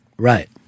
right